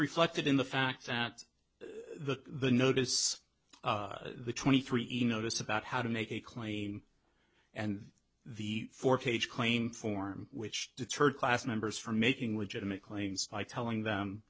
reflected in the fact that the the notice the twenty three emailed us about how to make a clean and the four page claim form which deterred class members from making legitimate claims by telling them